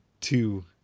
two